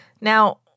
Now